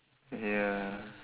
ya